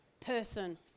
person